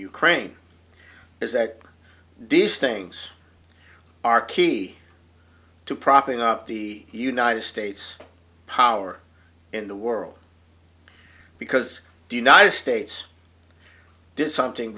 ukraine is that these things are key to propping up the united states power in the world because the united states did something